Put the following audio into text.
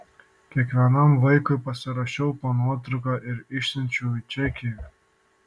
kiekvienam vaikui pasirašiau po nuotrauka ir išsiunčiau į čekiją